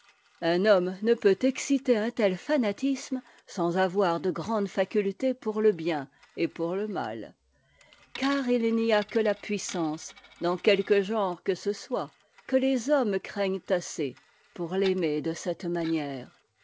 un homme ne peut exciter un tel fanatisme sans avoir de grandes facultés pour le bien et pour le mal car il n'y a que la puissance dans quelque genre que ce soit que les hommes craignent assez pour l'aimer de cette manière